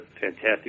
fantastic